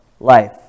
life